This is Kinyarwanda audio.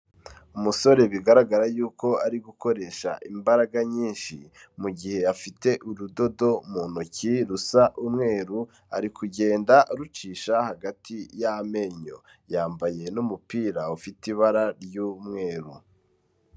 Umusore bigaragara y'uko ari gukoresha imbaraga nyinshi, mu gihe afite urudodo mu ntoki rusa umweru, ari kugenda arucisha hagati y'amenyo, yambaye n'umupira ufite ibara ry'umweru.